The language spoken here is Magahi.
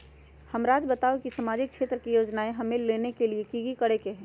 हमराज़ बताओ कि सामाजिक क्षेत्र की योजनाएं हमें लेने के लिए कि कि करे के बा?